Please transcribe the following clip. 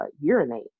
urinate